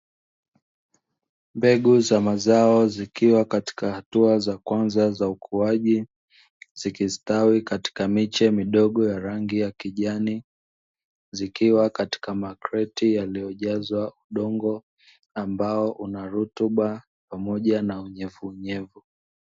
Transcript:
Mbegu za mazao zikiwa katika hatua za kwanza za ukuaji, zikistawi katika miche midogo ya rangi ya kijani zikwa katika makreti yaliyojazwa udongo ambao una rutuba pamoja na unyevuunyevu.